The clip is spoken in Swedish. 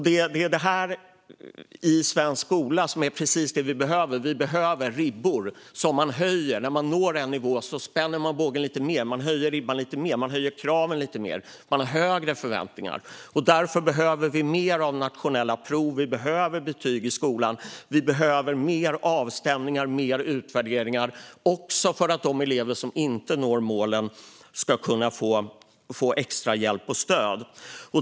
Det är precis detta vi behöver i svensk skola, det vill säga ribbor som kan höjas. När man når en nivå spänner man bågen lite mer, man höjer ribban lite mer, man höjer kraven lite mer, man har högre förväntningar. Därför behöver vi mer av nationella prov, betyg, fler avstämningar och fler utvärderingar. Detta behövs också för att de elever som inte når målen ska kunna få extra hjälp och stöd.